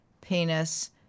penis